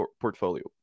portfolio